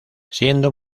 siendo